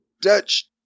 Dutch